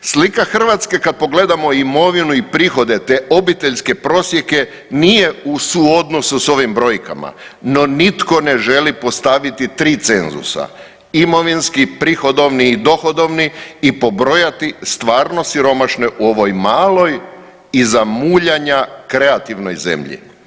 Slika Hrvatske kad pogledamo imovinu i prihode, te obiteljske prosjeke nije u suodnosu s ovim brojkama, no nitko ne želi postaviti 3 cenzusa, imovinski, prihodovni i dohodovni i pobrojati stvarno siromašne u ovoj maloj i za muljanja kreativnoj zemlji.